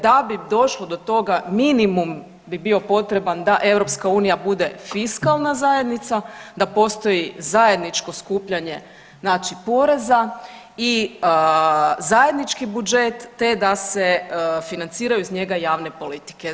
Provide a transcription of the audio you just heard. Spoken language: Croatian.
Da bi došlo do toga minimum bi bio potreban da EU bude fiskalna zajednica, da postoji zajedničko skupljanje poreza i zajednički budžet te da se financiraju iz njega javne politike.